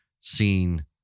seen